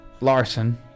Larson